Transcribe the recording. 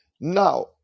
Now